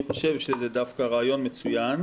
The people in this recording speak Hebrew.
אני חושב שזה רעיון מצוין,